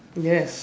yes